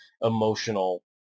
emotional